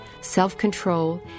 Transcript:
self-control